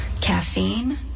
caffeine